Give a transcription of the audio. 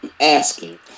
asking